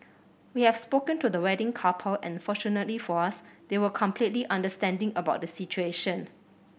we have spoken to the wedding couple and fortunately for us they were completely understanding about the situation